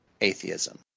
Atheism